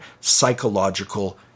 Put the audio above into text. psychological